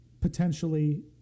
potentially